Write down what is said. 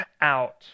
out